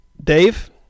Dave